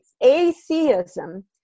atheism